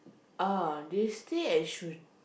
ah they stay at Yishun